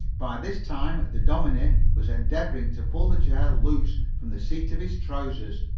by this time the dominie was endeavoring to pull the chair loose from the seat of his trousers.